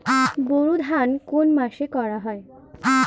বোরো ধান কোন মাসে করা হয়?